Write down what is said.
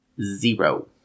Zero